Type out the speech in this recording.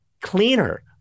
cleaner